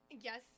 yes